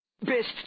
Best